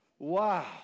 Wow